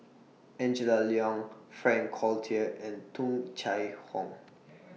Angela Liong Frank Cloutier and Tung Chye Hong